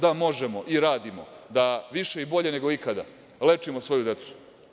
Da, možemo i radimo, da više i bolje nego ikada lečimo svoju decu.